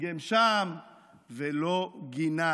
גמגם שם ולא גינה.